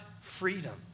freedom